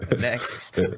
Next